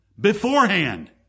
beforehand